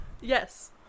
Yes